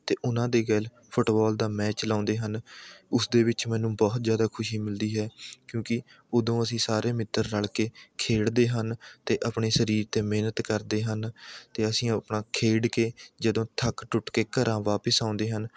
ਅਤੇ ਉਨ੍ਹਾਂ ਦੇ ਗੈਲ ਫੁੱਟਬੋਲ ਦਾ ਮੈਚ ਲਾਉਂਦੇ ਹਨ ਉਸ ਦੇ ਵਿੱਚ ਮੈਨੂੰ ਬਹੁਤ ਜ਼ਿਆਦਾ ਖੁਸ਼ੀ ਮਿਲਦੀ ਹੈ ਕਿਉਂਕਿ ਉਦੋਂ ਅਸੀਂ ਸਾਰੇ ਮਿੱਤਰ ਰਲ ਕੇ ਖੇਡਦੇ ਹਨ ਅਤੇ ਆਪਣੇ ਸਰੀਰ 'ਤੇ ਮਿਹਨਤ ਕਰਦੇ ਹਨ ਅਤੇ ਅਸੀਂ ਆਪਣਾ ਖੇਡ ਕੇ ਜਦੋਂ ਥੱਕ ਟੁੱਟ ਕੇ ਘਰ ਵਾਪਸ ਆਉਂਦੇ ਹਨ